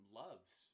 loves